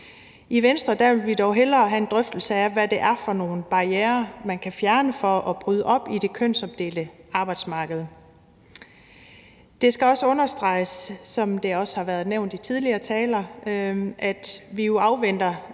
I Venstre vil vi dog hellere have en drøftelse af, hvad det er for nogle barrierer, man kan fjerne for at bryde op i det kønsopdelte arbejdsmarked. Det skal også understreges, som det har været nævnt i tidligere taler, at vi jo afventer